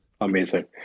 amazing